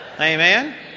Amen